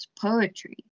poetry